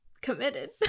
committed